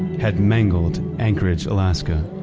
had mangled anchorage, alaska.